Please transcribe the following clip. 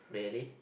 really